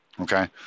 Okay